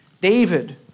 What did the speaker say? David